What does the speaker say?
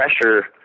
pressure